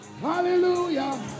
Hallelujah